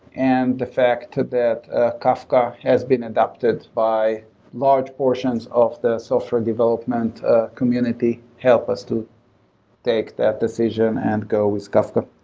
and the fact that ah kafka has been adopted by large portions of the software development ah community help us to take that decision and go with kafka